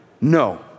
no